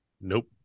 Nope